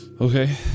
Okay